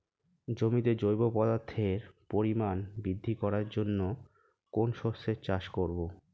জমিতে জৈব পদার্থের পরিমাণ বৃদ্ধি করার জন্য কোন শস্যের চাষ করবো?